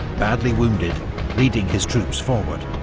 badly wounded leading his troops forward.